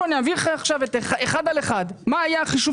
אני אעביר לך עכשיו אחד על אחד מה היה החישוב